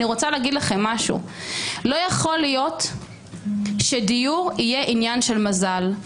אני רוצה להגיד לכם משהו: לא יכול להיות שדיור יהיה עניין של מזל,